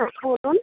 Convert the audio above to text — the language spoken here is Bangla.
হ্যাঁ বলুন